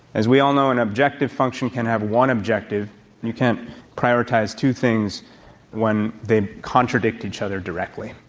as we all know, an objective function can have one objective you can't prioritize two things when they contradict each other directly.